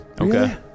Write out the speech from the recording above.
Okay